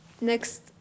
next